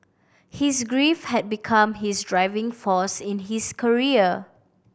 his grief had become his driving force in his career